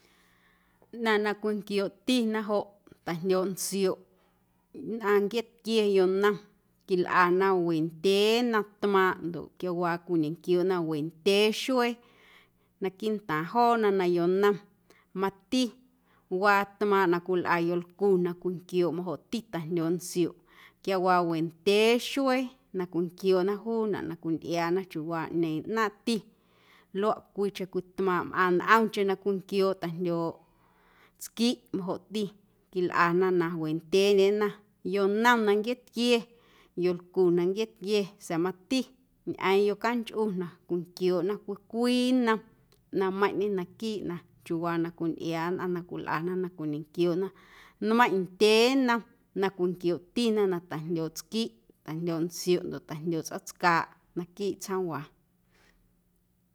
Ꞌnaⁿ na cwinquiooꞌtina joꞌ ta̱jndyooꞌ ntsioꞌ nnꞌaⁿ nquieetquie yonom quilꞌana wendyee nnom tmaaⁿꞌ ndoꞌ quiawaa cwiñenquiooꞌna wendyee xuee naquiiꞌntaaⁿ joona na yonom mati waa tmaaⁿꞌ na cwilꞌa yolcu na cwinquiooꞌ majoꞌti ta̱jndyooꞌ ntsioꞌ quiawaa wendyee xuee na cwinquiooꞌna juunaꞌ na cwiꞌtꞌiaana chiuuwaa ꞌñeeⁿ ꞌnaaⁿꞌti ndoꞌ cwiicheⁿ cwii tmaaⁿꞌ mꞌaⁿ ntꞌomcheⁿ na cwinquiooꞌ ta̱jndyooꞌ tsquiꞌ majoꞌti quilꞌana na wendyeendyena yonom na nquieetquie, yolcu na nquieetquie sa̱a̱ mati ñꞌeeⁿ yocanchꞌu na cwinquiooꞌna cwii cwii nnom ꞌnaⁿꞌmeiⁿꞌñe naquiiꞌ chiuuwaa na cwintꞌiaana nnꞌaⁿ na cwilꞌana na cwiñenquiooꞌna nmeiⁿꞌ ndyee nnom na cwinquiooꞌtina na ta̱jndyooꞌ tsquiꞌ, ta̱jndyooꞌ ntsioꞌ ndoꞌ ta̱jndyooꞌ tsꞌoom tscaaꞌ naquiiꞌ tsjoomwaa.